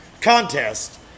contest